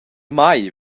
mei